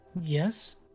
Yes